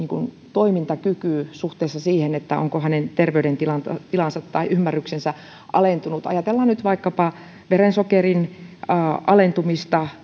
toimintakyky suhteessa siihen onko hänen terveydentilansa tai ymmärryksensä alentunut ajatellaan nyt vaikkapa verensokerin alentumista